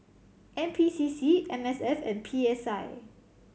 N P C C M S F and P S I